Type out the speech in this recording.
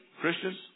Christians